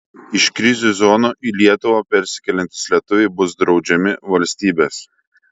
iš krizių zonų į lietuvą persikeliantys lietuviai bus draudžiami valstybės